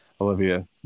Olivia